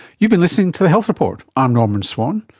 you've been listening to the health report, i'm norman swan,